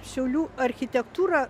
šiaulių architektūra